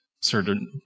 certain